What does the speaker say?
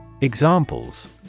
Examples